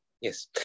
Yes